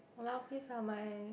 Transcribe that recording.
!walao! please lah my